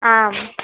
आम्